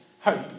hope